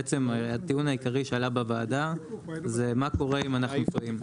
הטיעון העיקרי שעלה בוועדה הוא מה קורה אם אנחנו טועים.